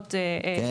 כתקנות בכל תחום.